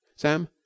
Sam